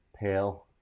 pale